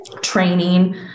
training